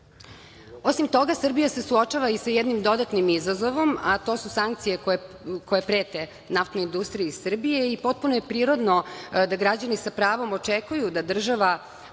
toga, Srbija se suočava i sa jednim dodatnim izazovom, a to su sankcije koje prete NIS-u i potpuno je prirodno da građani sa pravom očekuju da država